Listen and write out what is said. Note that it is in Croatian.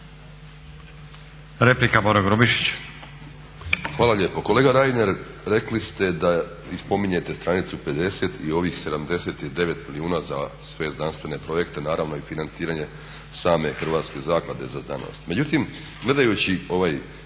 Replika Boro Grubišić.